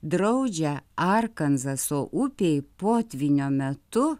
draudžia arkanzaso upei potvynio metu